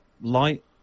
light